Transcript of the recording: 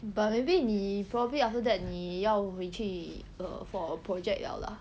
but maybe 你 probably after that 你要回去 err for project 了 lah